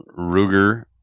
Ruger